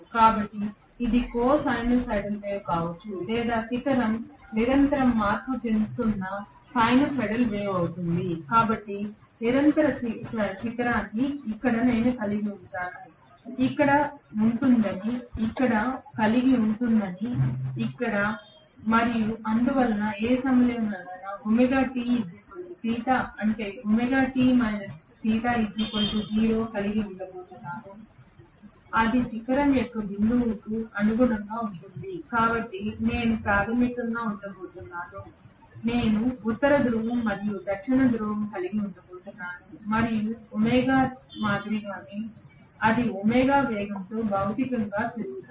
కనుక ఇది cosinusoidal wave కావచ్చు లేదా శిఖరం నిరంతరం మార్పు చెందుతున్న సైనూసోయిడల్ వేవ్ అవుతుంది కాబట్టి నేను నిరంతరం శిఖరాన్ని ఇక్కడ కలిగి ఉంటాను ఇక్కడ ఉంటుందని ఇక్కడ ఉంటుందని ఇక్కడ ఉంటుందని మరియు అందువలన ఏ సమయంలో నైనా అంటే కలిగి ఉండబోతున్నాను అది శిఖరం ఉన్న బిందువుకు అనుగుణంగా ఉంటుంది కాబట్టి నేను ప్రాథమికంగా ఉండబోతున్నాను నేను ఉత్తర ధ్రువం మరియు దక్షిణ ధ్రువం కలిగి ఉండబోతున్నాను మరియు ఒమేగా మాదిరిగానే అదే వేగంతో భౌతికంగా తిరుగుతాను